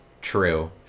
true